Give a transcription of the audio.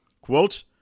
Quote